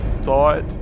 thought